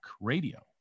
radio